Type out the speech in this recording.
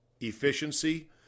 efficiency